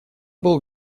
был